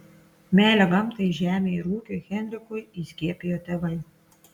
meilę gamtai žemei ir ūkiui henrikui įskiepijo tėvai